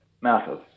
massive